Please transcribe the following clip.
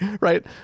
right